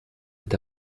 est